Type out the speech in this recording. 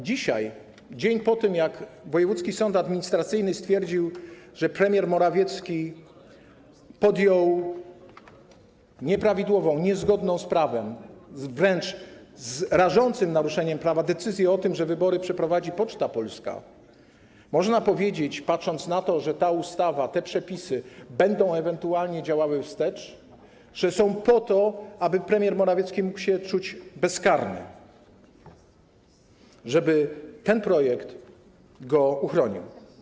Dzisiaj, dzień po tym, jak wojewódzki sąd administracyjny stwierdził, że premier Morawiecki podjął nieprawidłową, niezgodną z prawem, wręcz z rażącym naruszeniem prawa decyzję o tym, że wybory przeprowadzi Poczta Polska, można powiedzieć, patrząc na to, że ta ustawa, te przepisy będą ewentualnie działały wstecz, że te przepisy są po to, aby premier Morawiecki mógł się czuć bezkarny, żeby ten projekt go uchronił.